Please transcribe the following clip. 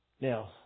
Now